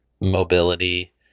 mobility